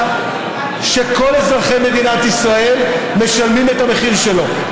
שכל אזרחי מדינת ישראל משלמים את המחיר שלו,